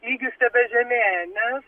lygis tebežemėja nes